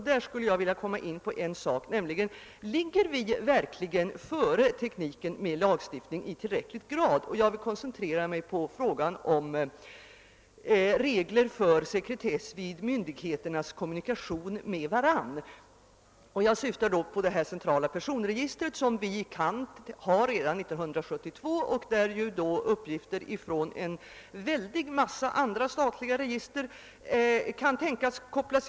Jag ställer frågan: Ligger vi verkligen före tekniken med lagstiftning i tillräcklig grad? Jag vill koncentrera mig på frågan om regler för sekretess vid myndigheternas kommunikation med varandra. Jag syftar då på detta centrala personregister som vi kan ha redan år 1972 och där uppgifter från en väldig mängd andra statliga register kan tänkas bli hopkopplade.